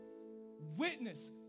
witness